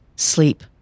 sleep